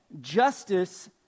justice